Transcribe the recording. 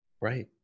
Right